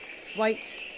Flight